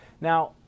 Now